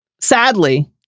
sadly